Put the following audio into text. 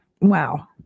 wow